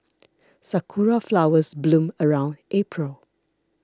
sakura flowers bloom around April